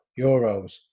euros